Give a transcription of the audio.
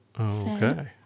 Okay